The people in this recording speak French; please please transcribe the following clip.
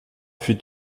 fut